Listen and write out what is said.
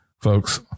folks